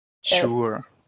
sure